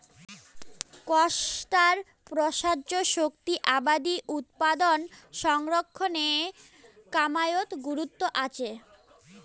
কোষ্টার প্রসার্য শক্তি আবাদি উৎপাদনক সংরক্ষণের কামাইয়ত গুরুত্ব আচে